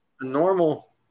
normal